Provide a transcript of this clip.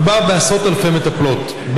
מדובר בעשרות אלפי מטפלות,